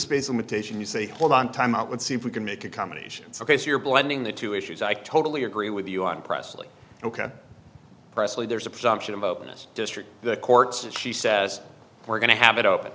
space limitation you say hold on time out let's see if we can make accommodations ok so you're blending the two issues i totally agree with you on presley ok pressley there's a presumption of openness district the courts and she says we're going to have it